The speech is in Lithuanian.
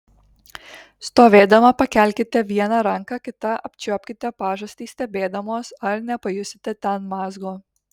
stovėdama pakelkite vieną ranką kita apčiuopkite pažastį stebėdamos ar nepajusite ten mazgo